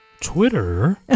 Twitter